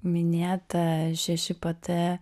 minėta šeši pt